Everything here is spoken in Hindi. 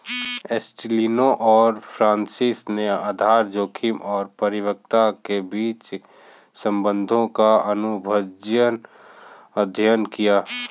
एस्टेलिनो और फ्रांसिस ने आधार जोखिम और परिपक्वता के बीच संबंधों का अनुभवजन्य अध्ययन किया